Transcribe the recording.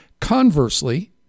conversely